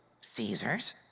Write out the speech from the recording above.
Caesar's